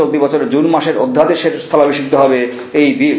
চলতি বছরের জুন মাসের অধ্যাদেশের স্হলাভিষিক্ত হবে এই বিল